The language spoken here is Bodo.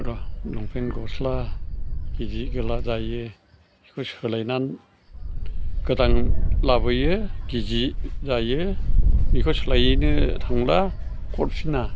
र' लंपेन गस्ला गिजि गिला जायो बेखौ सोलायनानै गोदान लाबोयो गिजि जायो बेखौ सोलायहैनो थांब्ला हरफिना